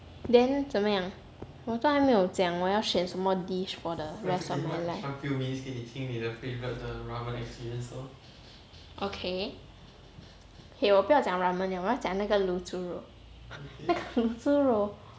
then 怎么样我都还没有讲我有选什么 dish for the rest of my life okay okay 我不要讲 ramen liao 我要讲卤猪肉那个卤猪肉